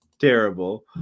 Terrible